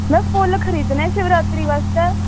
में फुल्ल खरीदनें हे शिवरात्री बास्तै